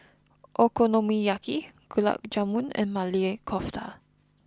Okonomiyaki Gulab Jamun and Maili Kofta